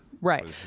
Right